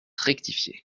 rectifié